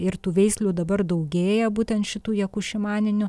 ir tų veislių dabar daugėja būtent šitų jekušimaninių